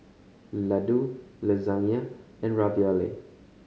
Ladoo Lasagna and Ravioli